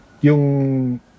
yung